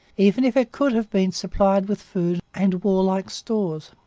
even if it could have been supplied with food and warlike stores.